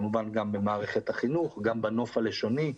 במערכת החינוך, בנוף הלשוני,